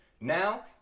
now